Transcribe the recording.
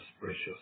precious